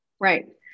Right